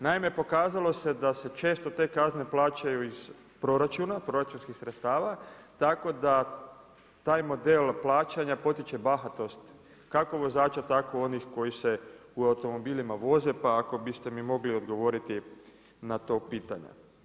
Naime, pokazalo se da se često te kazne plaćaju iz proračuna, proračunskih sredstava, tako da taj model plaćanja, potiče bahatost, kako vozača tako onih koji se u automobilima voze, pa ako biste mi mogli odgovoriti na to pitanje.